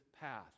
path